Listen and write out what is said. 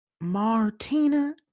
Martina